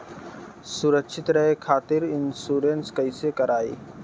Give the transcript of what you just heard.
सुरक्षित रहे खातीर इन्शुरन्स कईसे करायी?